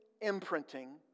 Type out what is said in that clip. imprinting